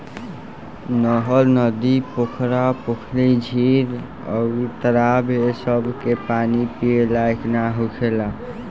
नहर, नदी, पोखरा, पोखरी, झील अउर तालाब ए सभ के पानी पिए लायक ना होखेला